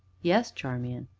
yes, charmian?